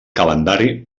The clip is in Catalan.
calendari